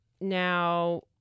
now